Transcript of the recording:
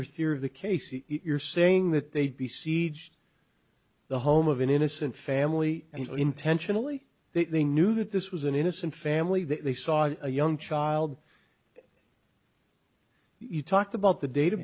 if you're saying that they'd be sieged the home of an innocent family and intentionally they knew that this was an innocent family that they saw a young child you talked about the dat